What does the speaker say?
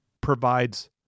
provides